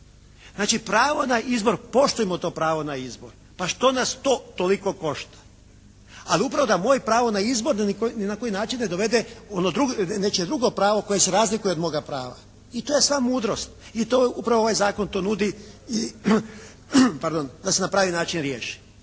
Znači pravo na izbor, poštujmo to pravo na izbor. Pa što nas to toliko košta. Ali upravo da moj pravo na izbor da ni na koji način ne dovede nečije drugo pravo koje se razlikuje od moga prava i to je sva mudrost i to upravo ovaj Zakon to nudi i da se na pravi način riješi